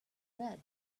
red